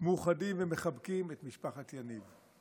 מאוחדים ומחבקים את משפחת יניב.